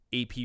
AP